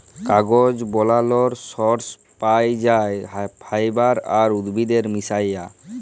কাগজ বালালর সর্স পাই যাই ফাইবার আর উদ্ভিদের মিশায়া